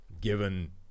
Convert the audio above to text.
given